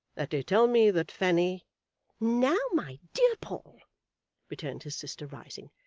that they tell me that fanny now, my dear paul returned his sister rising,